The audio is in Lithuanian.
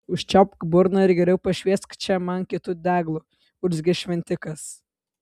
užčiaupk burną ir geriau pašviesk čia man kitu deglu urzgė šventikas